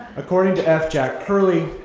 according to f. jack hurley,